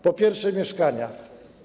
Po pierwsze, mieszkania.